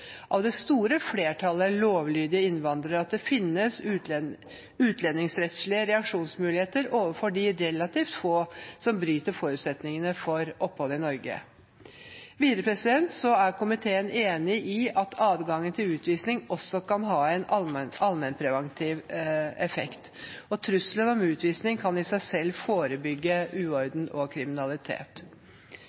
av det store flertallet lovlydige innvandrere at det finnes utlendingsrettslige reaksjonsmuligheter overfor de relativt få som bryter forutsetningene for opphold i Norge. Videre er komiteen enig i at adgangen til utvisning også kan ha en allmennpreventiv effekt, og at trusselen om utvisning i seg selv kan forebygge uorden og kriminalitet.